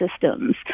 systems